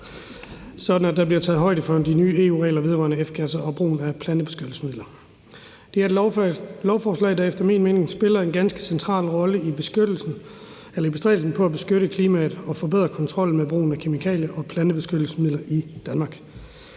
sådan at der bliver taget højde for de nye EU-regler vedrørende F-gasser og brugen af plantebeskyttelsesmidler. Det er et lovforslag, der efter min mening spiller en ganske central rolle i bestræbelsen på at beskytte klimaet og forbedre kontrollen med brugen af kemikalier og plantebeskyttelsesmidler i Danmark.